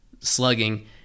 slugging